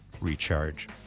recharge